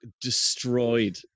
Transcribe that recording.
destroyed